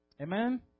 Amen